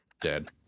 Dead